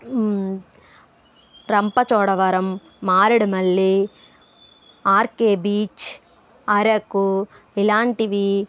Rampachodavaram Maredumilli RK beach Araku ఇలాంటివి